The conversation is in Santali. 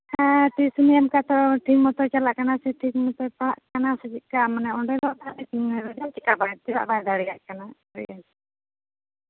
ᱴᱤᱭᱩᱥᱚᱱᱤ ᱮᱢ ᱠᱟᱛᱮᱫ ᱦᱚᱸ ᱴᱷᱤᱠ ᱢᱚᱛᱚ ᱪᱟᱞᱟᱜ ᱠᱟᱱᱟ ᱥᱮ ᱴᱷᱤᱠ ᱢᱚᱛᱚ ᱯᱟᱲᱦᱟᱜ ᱠᱟᱱᱟ ᱥᱮ ᱪᱮᱫᱠᱟ ᱚᱸᱰᱮ ᱫᱚ ᱛᱟᱦᱞᱮ ᱪᱤᱠᱟᱹ ᱨᱮᱡᱟᱞᱴ ᱪᱮᱫᱟᱜ ᱵᱟᱭ ᱫᱟᱲᱮᱭᱟᱜ ᱠᱟᱱᱟ